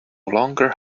longer